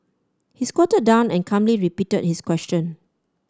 he squatted down and calmly repeated his question